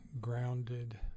grounded